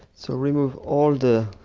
so remove all the